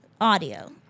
audio